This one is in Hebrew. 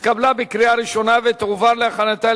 התשע"ב 2012,